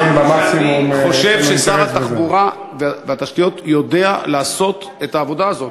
אני חושב ששר התחבורה והתשתיות יודע לעשות את העבודה הזאת,